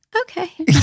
okay